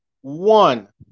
one